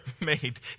made